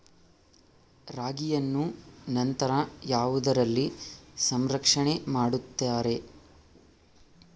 ರಾಗಿಯನ್ನು ನಂತರ ಯಾವುದರಲ್ಲಿ ಸಂರಕ್ಷಣೆ ಮಾಡುತ್ತಾರೆ?